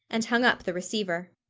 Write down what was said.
and hung up the receiver.